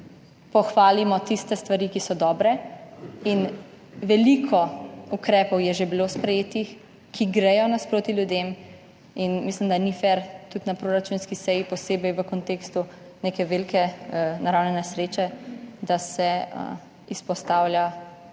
pohvalimo tiste stvari, ki so dobre, veliko ukrepov je že bilo sprejetih, ki gredo nasproti ljudem. Mislim, da ni fer, tudi na proračunski seji, posebej v kontekstu neke velike naravne nesreče, da se izpostavlja